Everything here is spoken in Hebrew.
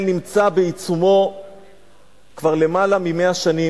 נמצא בעיצומו כבר למעלה מ-100 שנים,